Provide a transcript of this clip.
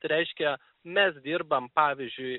tai reiškia mes dirbam pavyzdžiui